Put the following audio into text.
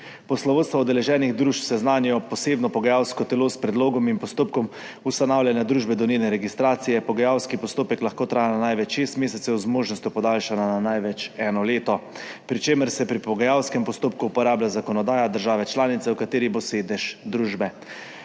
Poslovodstva udeleženih družb seznanijo posebno pogajalsko telo s predlogom in postopkom ustanavljanja družbe do njene registracije. Pogajalski postopek lahko traja največ šest mesecev, z možnostjo podaljšanja na največ eno leto, pri čemer se pri pogajalskem postopku uporablja zakonodaja države članice, v kateri bo sedež družbe.